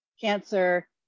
cancer